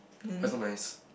but is so nice